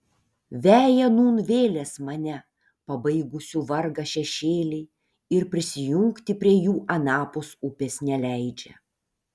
veja nūn vėlės mane pabaigusių vargą šešėliai ir prisijungti prie jų anapus upės neleidžia